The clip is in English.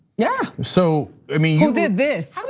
yeah! so i mean who did this.